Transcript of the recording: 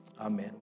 Amen